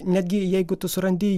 netgi jeigu tu surandi